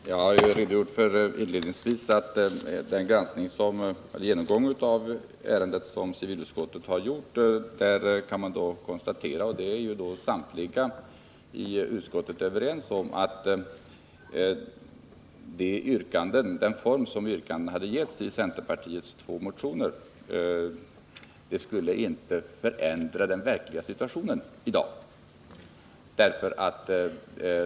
Herr talman! Jag har ju inledningsvis redovisat att vid den genomgång av ärendet som civilutskottet gjort har vi konstaterat — och det är samtliga inom utskottet överens om — att med hänsyn till den form som yrkandena givits i centerpartiets två motioner skulle ett bifall till motionerna inte förändra den verkliga situationen i dag.